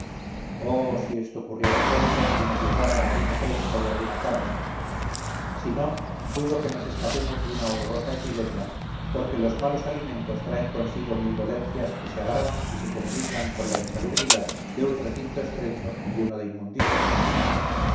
oh si esto ocurriera pronto y nos llegara harina fresca y alguna carne si no dudo que nos escapemos de una horrorosa epidemia porque los malos alimentos traen consigo mil dolencias que se agravan y se comunican con la insalubridad de un recinto estrecho y lleno de inmundicias